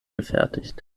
gefertigt